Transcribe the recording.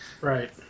Right